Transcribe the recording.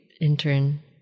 intern